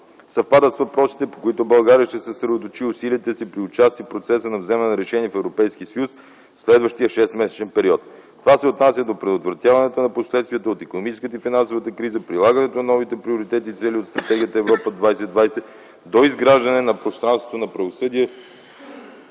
съвпадат с въпросите, по които България ще съсредоточи усилията си при участие в процеса на вземане на решения в Европейския съюз в следващия шестмесечен период. Това се отнася до предотвратяване на последствията от икономическата и финансовата криза, прилагането на новите приоритети и цели от Стратегията „Европа 2020”, доизграждането на пространството на правосъдие,